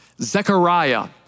Zechariah